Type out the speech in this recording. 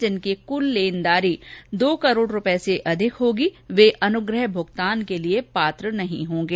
जिनकी कूल लेनदारी दो करोड़ रुपये से अधिक की होगी वे अनुग्रह भुगतान के लिए पात्र नहीं होंगे